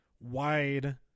wide